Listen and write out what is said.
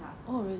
ya